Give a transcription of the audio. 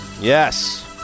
Yes